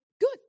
good